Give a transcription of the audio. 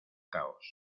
caos